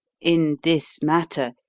in this matter,